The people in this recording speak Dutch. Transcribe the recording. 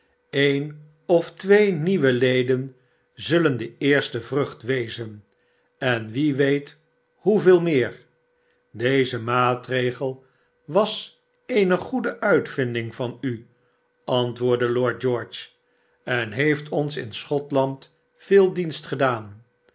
een of twee nieuwe leden zuilen de eerste vrucht wezen en wie weet hoeveel meer deze maatregel was eene goede uitvinding van u antwoordde lord george sen heeft ons in schotland veel dienst gedaan